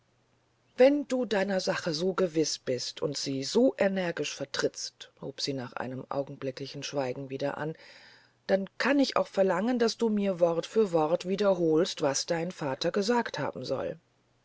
wenn du deiner sache so gewiß bist und sie so energisch vertrittst hob sie nach einem augenblicklichen schweigen wieder an dann kann ich auch verlangen daß du mir wort für wort wiederholst was dein vater gesagt haben soll